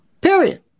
Period